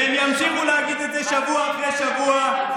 והם ימשיכו להגיד את זה שבוע אחרי שבוע.